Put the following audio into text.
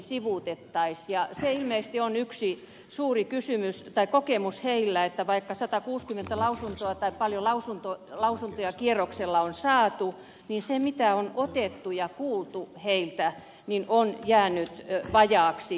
se ilmeisesti on yksi kokemus heillä että vaikka paljon lausuntoja kierroksella on saatu niin se mitä on otettu ja kuultu heiltä on jäänyt vajaaksi